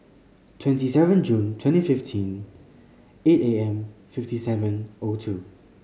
twenty seven June twenty fifteen eight A M fifty seven O two